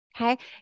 Okay